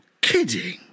kidding